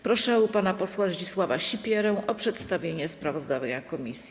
Proszę pana posła Zdzisława Sipierę o przedstawienie sprawozdania komisji.